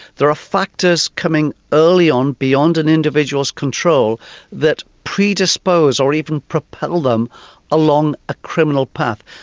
there are factors coming early on beyond an individual's control that predispose or even propel them along a criminal path.